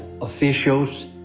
officials